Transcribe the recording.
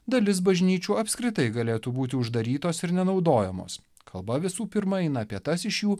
dalis bažnyčių apskritai galėtų būti uždarytos ir nenaudojamos kalba visų pirma eina apie tas iš jų